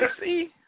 see